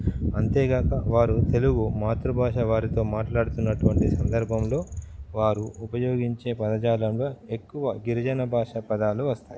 అంతేగాక వారు తెలుగు మాతృభాష వారితో మాట్లాడుతున్నటువంటి సందర్భంలో వారు ఉపయోగించే పదజాలంలో ఎక్కువ గిరిజన భాష పదాలు వస్తాయి